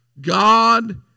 God